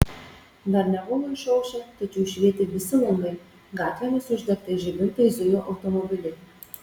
dar nebuvo išaušę tačiau švietė visi langai gatvėmis uždegtais žibintais zujo automobiliai